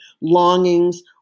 longings